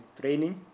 training